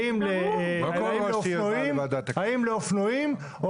האם לאופנועים,